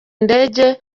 ndege